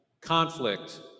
conflict